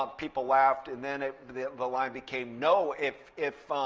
um people laughed. and then the the line became, no, if if